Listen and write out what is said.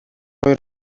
хоёр